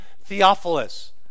Theophilus